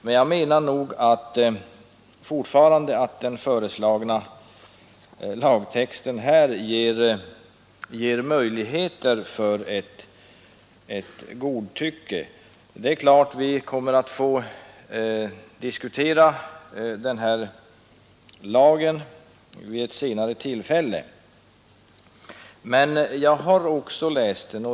Däremot menar jag fortfarande att den föreslagna lagtexten ger möjligheter till godtycke. Naturligtvis kommer vi att diskutera den här lagen vid ett senare tillfälle. Jag har emellertid redan läst den.